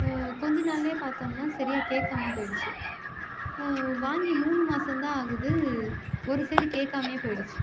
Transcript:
கொஞ்சம் நாள்லேயே பார்த்தோம்னா சரியாக கேட்காம போயிடுச்சு வாங்கி மூணு மாசம்தான் ஆகுது ஒரு சைடு கேட்காமையே போயிடுச்சு